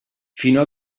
fino